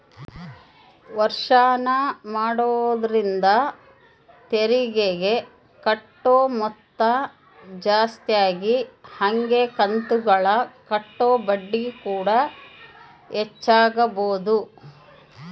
ವರ್ಷಾಶನ ಮಾಡೊದ್ರಿಂದ ತೆರಿಗೆಗೆ ಕಟ್ಟೊ ಮೊತ್ತ ಜಾಸ್ತಗಿ ಹಂಗೆ ಕಂತುಗುಳಗ ಕಟ್ಟೊ ಬಡ್ಡಿಕೂಡ ಹೆಚ್ಚಾಗಬೊದು